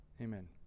Amen